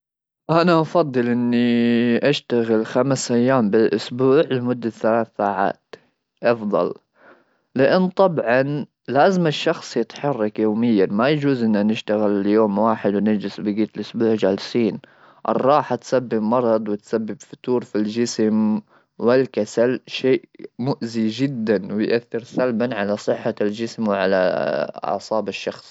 انا افضل اني اشتغل خمس ايام بالاسبوع لمده ثلاث ساعات افضل لان طبعا لازم الشخص يتحرك يوميا ما يجوز اننا نشتغل اليوم واحد ونجلس بقيت الاسبوع جالسين الراحه تسبب مرض وتسبب فطور في الجسم والكسل شيء مؤذي جدا ويؤثر سلبا على صحه الجسم وعلى اعصاب الشخص.